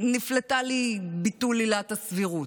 נפלט לי ביטול עילת הסבירות.